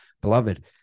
Beloved